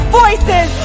voices